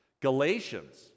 Galatians